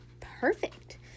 perfect